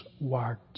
words